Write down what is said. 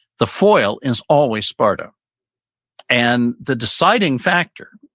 the foil is always sparta and the deciding factor,